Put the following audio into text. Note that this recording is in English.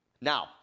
Now